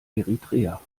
eritrea